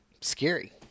scary